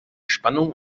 spannung